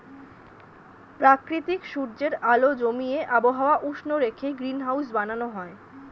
প্রাকৃতিক সূর্যের আলো জমিয়ে আবহাওয়া উষ্ণ রেখে গ্রিনহাউস বানানো হয়